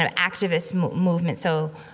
ah activist movements, so,